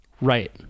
Right